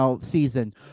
season